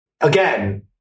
Again